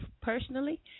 personally